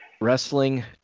wrestling